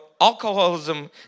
alcoholism